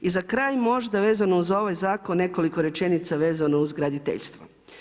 I za kraj, možda vezano uz ovaj zakon nekoliko rečenica vezano uz graditeljstvo.